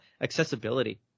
accessibility